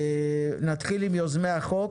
נתחיל עם יוזמי החוק,